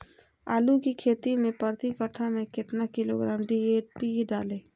आलू की खेती मे प्रति कट्ठा में कितना किलोग्राम डी.ए.पी डाले?